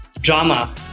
Drama